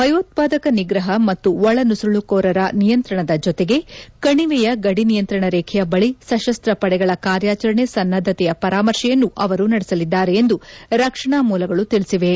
ಭಯೋತ್ಸಾದಕ ನಿಗ್ರಹ ಮತ್ತು ಒಳ ನುಸುಳುಕೋರರ ನಿಯಂತ್ರಣದ ಜೊತೆಗೆ ಕಣಿವೆಯ ಗಡಿ ನಿಯಂತ್ರಣ ರೇಖೆಯ ಬಳಿ ಸಶಸ್ತ್ರ ಪಡೆಗಳ ಕಾರ್ಯಾಚರಣೆ ಸನ್ನದ್ಗತೆಯ ಪರಾಮರ್ಶೆಯನ್ನೂ ಅವರು ನಡೆಸಲಿದ್ದಾರೆ ಎಂದು ರಕ್ಷಣಾ ಮೂಲಗಳು ತಿಳಿಸಿವೆ